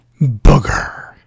booger